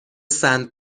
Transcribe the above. سنت